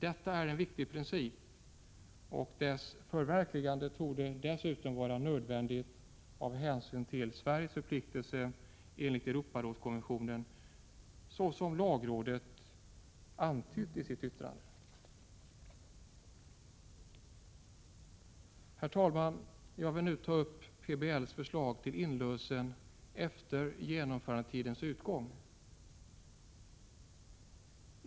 Detta är en viktig princip, och dess förverkligande torde dessutom vara nödvändigt av hänsyn till Sveriges förpliktelser enligt Europarådskonventionen, såsom också lagrådet antytt i sitt yttrande. Herr talman! Jag vill nu ta upp PBL:s förslag till inlösen efter genomförandetidens utgång.